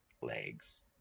legs